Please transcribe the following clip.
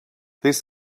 this